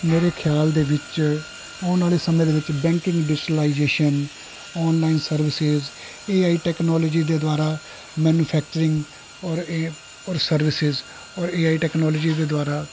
ਮੇਰੇ ਖਿਆਲ ਦੇ ਵਿੱਚ ਆਉਣ ਵਾਲੇ ਸਮੇਂ ਦੇ ਵਿੱਚ banking digitalisation online services A I technology ਦੇ ਦੁਆਰਾ ਮੈਨੂੰਫੈਕਚਰਿੰਗ ਔਰ ਇਹ ਔਰ ਸਰਵਿਸਿਸ ਔਰ ਏ ਆਈ ਟੈਕਨੋਲਜੀ ਦੇ ਦੁਆਰਾ